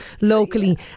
locally